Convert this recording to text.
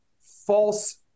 false